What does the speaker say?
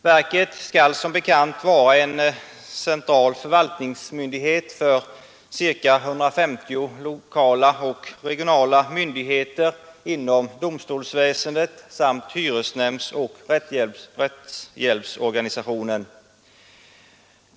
Verket skall som bekant vara en central förvaltningsmyndighet för ca 150 lokala och regionala myndigheter inom domstolsväsendet samt hyresnämndsoch rättshjälpsorganisationen.